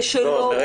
לא.